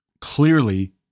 clearly